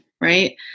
right